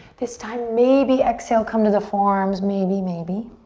this time, maybe exhale come to the forearms, maybe, maybe.